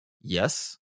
yes